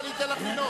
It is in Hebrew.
מי נגד?